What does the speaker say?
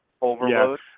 overload